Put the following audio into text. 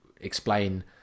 explain